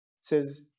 says